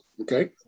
okay